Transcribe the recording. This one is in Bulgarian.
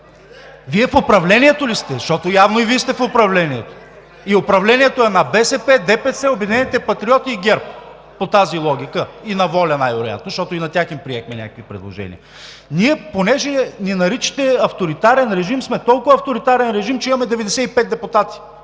Вие в управлението ли сте? Защото явно и Вие сте в управлението. По тази логика управлението е на БСП, ДПС, „Обединени патриоти“ и ГЕРБ, и на „Воля“, най-вероятно, защото и на тях им приехме някакви предложения. Понеже ни наричате „авторитарен режим“, ние сме толкова авторитарен режим, че имаме 95 депутати